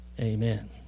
amen